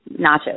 nachos